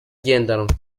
igendanwa